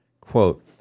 Quote